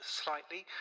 slightly